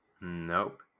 Nope